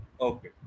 Okay